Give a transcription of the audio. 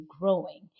growing